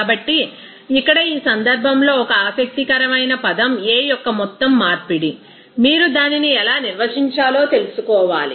కాబట్టి ఇక్కడ ఈ సందర్భంలో ఒక ఆసక్తికరమైన పదం A యొక్క మొత్తం మార్పిడి మీరు దానిని ఎలా నిర్వచించాలో తెలుసుకోవాలి